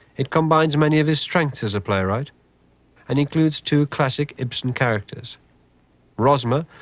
it combines many of his strengths as a playwright and includes two classic ibsen characters rosmer,